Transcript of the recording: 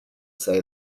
say